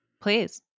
please